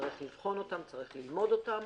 צריך לבחון אותן, ללמוד אותן,